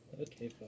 Okay